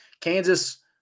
Kansas